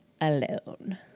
alone